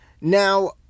Now